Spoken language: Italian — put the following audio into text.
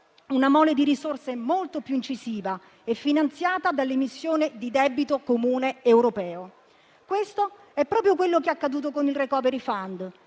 una mole di risorse molto più incisiva e finanziata dall'emissione di debito comune europeo. Questo è proprio quello che è accaduto con il *recovery fund*,